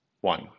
One